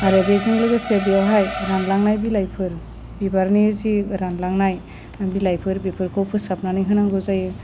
आरो बेजों लोगोसे बेयावहाय रानलांनाय बिलाइफोर बिबारनि जि रानलांनाय बिलाइफोर बेफोरखौ फोसाबनानै होनांगौ जायो